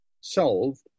solved